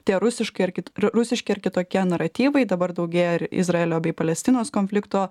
tie rusiškai ar kit rusiški ar kitokie naratyvai dabar daugėja ir izraelio bei palestinos konflikto